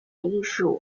艺术